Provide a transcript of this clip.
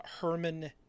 herman